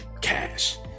cash